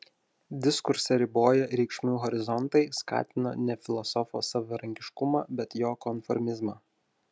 diskursą riboję reikšmių horizontai skatino ne filosofo savarankiškumą bet jo konformizmą